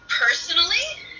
personally